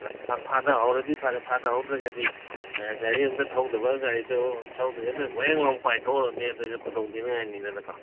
ꯑꯥ ꯐꯊꯥꯍꯧꯔꯗꯤ ꯐꯔꯦ ꯐꯥꯊꯍꯧꯗ꯭ꯔꯒꯗꯤ ꯒꯥꯔꯤ ꯑꯝꯇ ꯊꯧꯗꯕ ꯒꯥꯔꯤꯗꯣ ꯊꯧꯗ꯭ꯔꯤꯀꯥꯟꯗ ꯋꯦꯡꯂꯥꯎ ꯄꯥꯏꯊꯣꯛꯈ꯭ꯔꯗꯤ ꯑꯗꯨꯁꯨ ꯈꯨꯗꯣꯡ ꯊꯤꯅꯤꯡꯉꯥꯏꯅꯤꯗꯅꯀꯣ